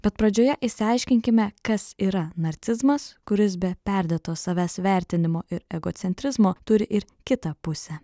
bet pradžioje išsiaiškinkime kas yra narcizmas kuris be perdėto savęs vertinimo ir egocentrizmo turi ir kitą pusę